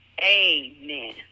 amen